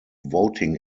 voting